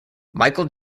michael